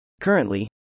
Currently